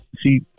see